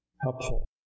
helpful